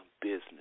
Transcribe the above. business